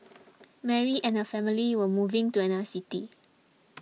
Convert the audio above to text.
Mary and her family were moving to another city